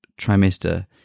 trimester